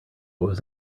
was